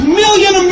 million